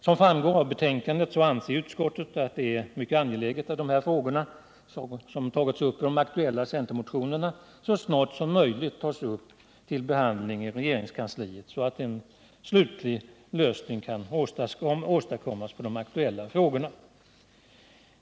Som framgår av betänkandet anser utskottet att det är mycket angeläget att dessa frågor så snart som möjligt tas upp till behandling i regeringskansliet, så att en slutlig lösning av frågorna kan åstadkommas. Herr talman!